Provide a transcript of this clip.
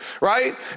right